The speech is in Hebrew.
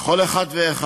לכל אחד ואחד.